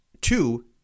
two